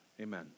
amen